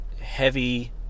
heavy